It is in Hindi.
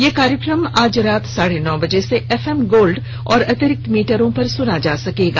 यह कार्यक्रम आज रात साढे नौ बजे से एफएम गोल्ड और अतिरिक्त मीटरों पर सुना जा सकता है